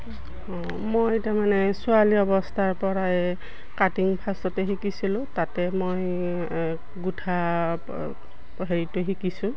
অঁ মই তাৰমানে ছোৱালী অৱস্থাৰ পৰাই কাটিং ফাৰ্ষ্টতে শিকিছিলোঁ তাতে মই গোঠা হেৰিটো শিকিছোঁ